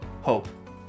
hope